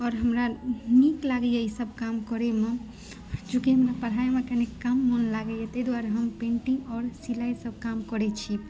आओर हमरा नीक लागैया ई सभ काम करैम चूँकि हमरा पढाइमे कनी कम मोन लागैया ताहि दुआरे हम पेंटिंग आओर सिलाइ सभ काम करै छी